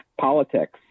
politics